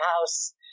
house